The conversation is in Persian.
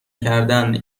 کردن